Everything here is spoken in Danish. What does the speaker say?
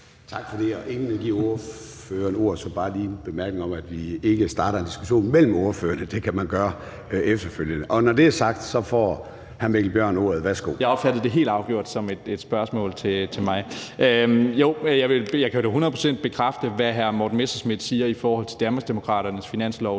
Tak for det. Inden jeg giver ordføreren ordet, vil jeg bare lige komme med en bemærkning om, at vi ikke starter en diskussion mellem ordførerne. Det kan man gøre efterfølgende. Når det er sagt, får hr. Mikkel Bjørn ordet. Værsgo. Kl. 13:26 Mikkel Bjørn (DF): Jeg opfatter det helt afgjort som et spørgsmål til mig. Jo, jeg kan da hundrede procent bekræfte, hvad hr. Morten Messerschmidt siger i forhold til Danmarksdemokraternes finanslovsforslag.